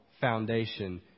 foundation